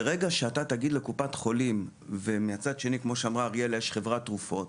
יש את קופת החולים, מהצד השני יש את חברת התרופות,